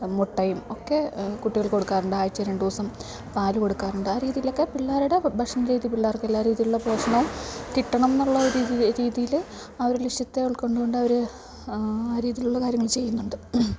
മുട്ടയും ഒക്കെ കുട്ടികൾക്ക് കൊടുക്കാറുണ്ട് ആഴ്ച്ചയിൽ രണ്ടു ദിവസം പാൽ കൊടുക്കാറുണ്ട് ആ രീതിയിലൊക്കെ പിള്ളേരുടെ ഭക്ഷണരീതി പിള്ളേർക്ക് എല്ലാ രീതിയിലുള്ള പോഷണവും കിട്ടണം എന്നുള്ള ഒരു രീതിയിൽ ആ ഒരു ലക്ഷ്യത്തെ ഉൾക്കൊണ്ടുകൊണ്ട് അവർ ആ രീതിയിലുള്ള കാര്യങ്ങൾ ചെയ്യുന്നുണ്ട്